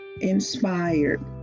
inspired